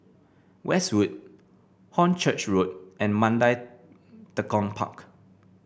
Westwood Hornchurch Road and Mandai Tekong Park